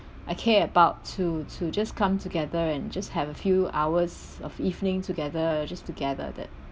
I care about to to just come together and just have a few hours of evening together just together that